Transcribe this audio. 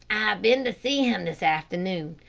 i've been to see him this afternoon.